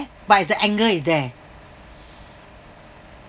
but it's the anger is there